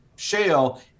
Shale